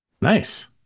Nice